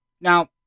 Now